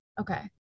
Okay